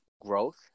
growth